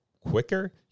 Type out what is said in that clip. quicker